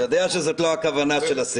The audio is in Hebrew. אתה יודע שזאת לא הכוונה של הסגר.